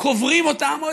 קוברים אותם,